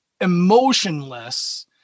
emotionless